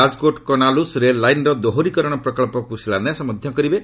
ରାଜକୋଟ୍ କନାଲୁସ୍ ରେଳ ଲାଇନ୍ର ଦୋହରିକରଣ ପ୍ରକଳ୍ପକୁ ଶିଳାନ୍ୟାସ ମଧ୍ୟ କରିବେ